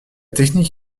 technique